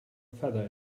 feather